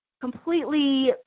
completely